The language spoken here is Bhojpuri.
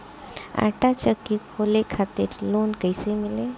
आटा चक्की खोले खातिर लोन कैसे मिली?